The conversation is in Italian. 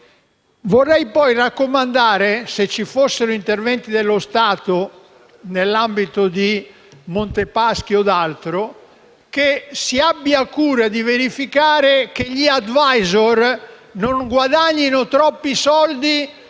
Vorrei poi raccomandare, se ci fossero interventi dello Stato nell'ambito di Montepaschi o altro, che si abbia cura di verificare che gli *advisor* non guadagnino troppi soldi